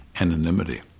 anonymity